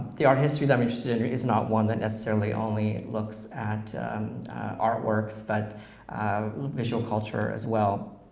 the art history that i'm interested in is not one that necessarily only looks at art works, but visual culture as well,